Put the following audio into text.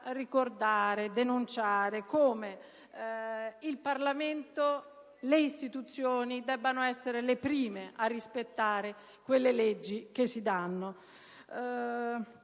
ricordare e denunciare come il Parlamento, le istituzioni debbano essere le prime a rispettare le leggi che si danno.